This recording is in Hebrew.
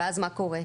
ואז מה קורה?